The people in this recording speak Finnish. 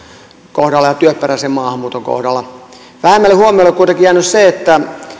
kohdalla ja työperäisen maahanmuuton kohdalla vähemmälle huomiolle on kuitenkin jäänyt se että